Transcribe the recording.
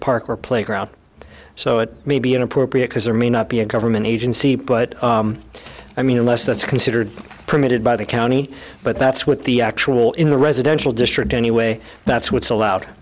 park or playground so it may be inappropriate because there may not be a government agency but i mean unless that's considered permitted by the county but that's what the actual in the residential district anyway that's what's allowed